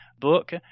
Book